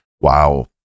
wow